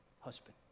husband